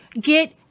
get